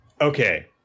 okay